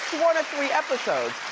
one of three episodes.